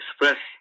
express